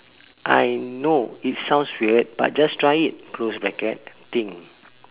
I know it sounds weird but just try it close bracket thing